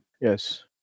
Yes